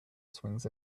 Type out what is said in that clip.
swings